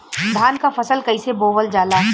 धान क फसल कईसे बोवल जाला?